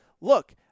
look